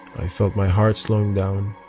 i felt my heart slowing down.